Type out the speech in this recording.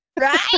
right